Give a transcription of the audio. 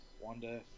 Wanda